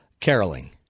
Caroling